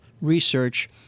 research